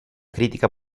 crítica